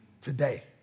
today